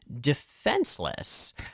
defenseless